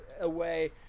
away